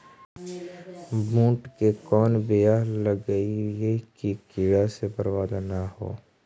बुंट के कौन बियाह लगइयै कि कीड़ा से बरबाद न हो?